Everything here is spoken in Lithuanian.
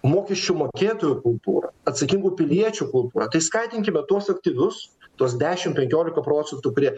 mokesčių mokėtojų kultūrą atsakingų piliečių kultūrą tai skatinkime tuos aktyvius tuos dešim penkiolika procentų kurie